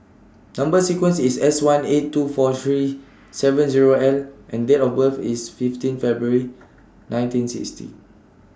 Number sequence IS S one eight two four three seven Zero L and Date of birth IS fifteen February nineteen sixty